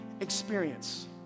experience